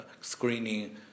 screening